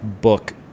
book